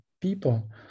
people